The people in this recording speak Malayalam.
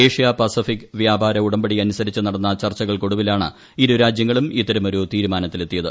ഏഷ്യാ പസഫിക്ക് വ്യാപാര ഉടമ്പടിയനുസരിച്ച് നടന്ന ചർച്ചകൾക്കൊടുവിലാണ് ഇരുരാജ്യങ്ങളും ഇത്തരമൊരു തീരുമാനത്തിലെത്തിയത്